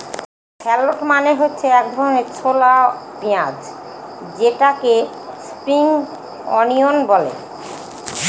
shallot মানে হচ্ছে এক ধরনের ছোলা পেঁয়াজ যেটাকে স্প্রিং অনিয়ন বলে